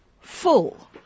full